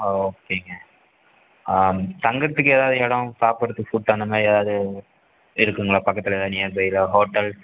ஓ ஓகேங்க தங்கிறத்துக்கு எதாவது இடம் சாப்பிட்றதுக்கு ஃபுட் அந்தமாதிரி ஏதாவது இருக்குதுங்களா பக்கத்தில் எதாவது நியர்பையில் ஹோட்டல்ஸ்